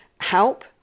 help